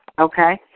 Okay